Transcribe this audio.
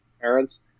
parents